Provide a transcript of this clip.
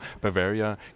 Bavaria